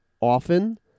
often